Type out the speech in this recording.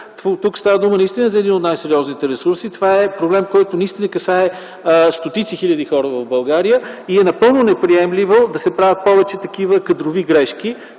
тук става дума наистина за един от най-сериозните ресурси. Това е проблем, който касае стотици хиляди хора в България и е напълно неприемливо да се правят повече такива кадрови грешки.